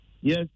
Yes